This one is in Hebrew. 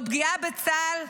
פגיעה בצה"ל,